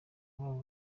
babo